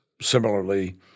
similarly